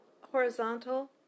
horizontal